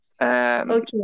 Okay